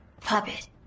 Puppet